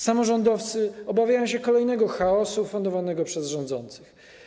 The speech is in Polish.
Samorządowcy obawiają się kolejnego chaosu fundowanego przez rządzących.